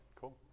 cool